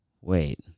Wait